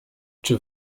czy